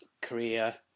Korea